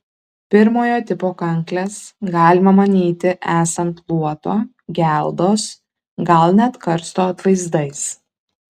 pirmojo tipo kankles galima manyti esant luoto geldos gal net karsto atvaizdais